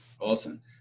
Awesome